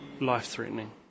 Life-threatening